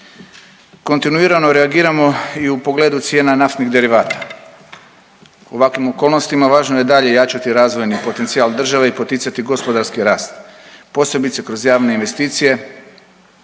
Kontinuirano reagiramo i u pogledu cijena naftnih derivata, u ovakvim okolnostima važno je dalje jačati razvojni potencijal države i poticati gospodarski rast, posebice kroz javne investicije